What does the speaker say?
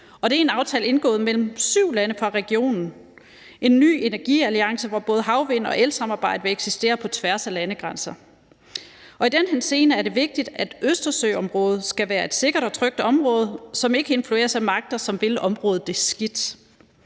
det er en aftale indgået mellem syv lande fra regionen, en ny energialliance, hvor både havvind og elsamarbejde vil eksistere på tværs af landegrænser. Og i den henseende er det vigtigt, at Østersøområdet skal være et sikkert og trygt område, som ikke influeres af magter, som vil området det skidt.